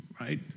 right